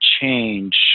change